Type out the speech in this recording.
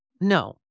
No